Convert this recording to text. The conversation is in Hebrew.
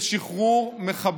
שלושה ימים לפני סוף החודש,